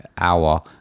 hour